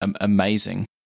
amazing